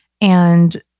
And-